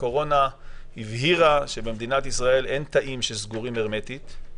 הקורונה הבהירה שבמדינת ישראל אין תאים שסגורים הרמטית.